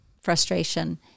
frustration